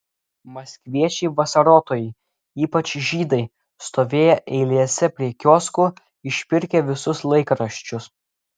maskviečiai vasarotojai ypač žydai stovėję eilėse prie kioskų išpirkę visus laikraščius